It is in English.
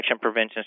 prevention